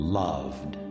loved